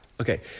Okay